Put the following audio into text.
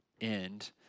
end